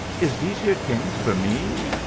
is dese here t'ings for me?